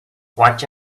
watch